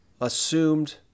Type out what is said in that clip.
assumed